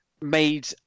made